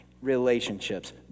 Relationships